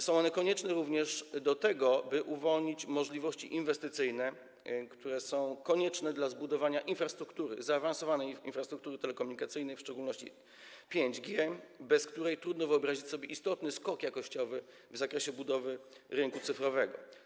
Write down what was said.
Są one konieczne również do tego, by uwolnić możliwości inwestycyjne, które są konieczne do zbudowania zaawansowanej infrastruktury telekomunikacyjnej, w szczególności 5G, bez której trudno sobie wyobrazić istotny skok jakościowy w zakresie budowy rynku cyfrowego.